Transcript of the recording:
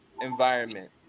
environment